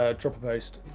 ah dropper post,